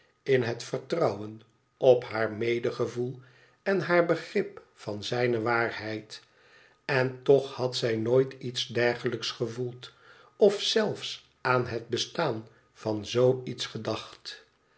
in het vertrouwen op haar medegevoel en haar begrip van zijne waarheid n toch had zij nooit iets dergelijks gevoeld of zelfs aan het bestaan van zoo iets gedacht